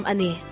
Ani